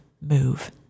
move